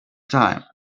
time